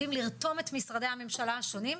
יודעים לרתום את משרדי הממשלה השונים,